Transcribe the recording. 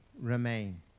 remain